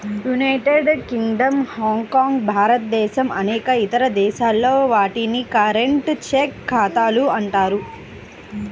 United Kingdom, Hong Kong, భారతదేశం అనేక ఇతర దేశాల్లో, వాటిని కరెంట్, చెక్ ఖాతాలు అంటారు